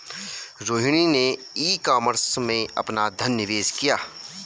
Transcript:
रोहिणी ने e commerce में अपना धन निवेश किया